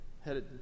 headed